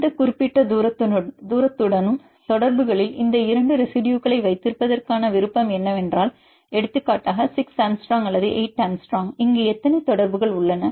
எந்தவொரு குறிப்பிட்ட தூரத்துடனும் தொடர்புகளில் இந்த இரண்டு ரெசிடுயுகளை வைத்திருப்பதற்கான விருப்பம் என்னவென்றால் எடுத்துக்காட்டாக 6 ஆங்ஸ்ட்ரோம் அல்லது 8 ஆங்ஸ்ட்ரோம் இங்கு எத்தனை தொடர்புகள் உள்ளன